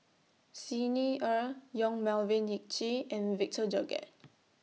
Xi Ni Er Yong Melvin Yik Chye and Victor Doggett